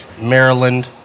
Maryland